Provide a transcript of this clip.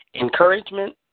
encouragement